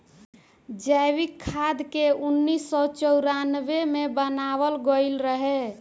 जैविक खाद के उन्नीस सौ चौरानवे मे बनावल गईल रहे